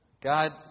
God